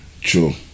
True